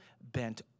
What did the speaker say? bent